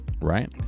Right